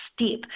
step